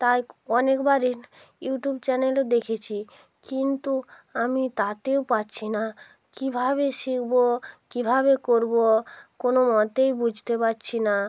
তাই অনেকবারই ইউটিউব চ্যানেলে দেখেছি কিন্তু আমি তাতেও পারছি না কীভাবে শিখব কীভাবে করব কোনো মতেই বুঝতে পারছি না